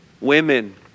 women